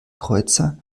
kreuzer